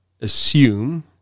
assume